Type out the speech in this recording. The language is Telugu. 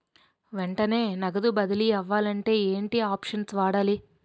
వెంటనే నగదు బదిలీ అవ్వాలంటే ఏంటి ఆప్షన్ వాడాలి?